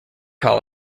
call